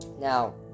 now